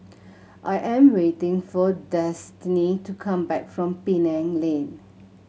I am waiting for Destany to come back from Penang Lane